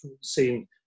seen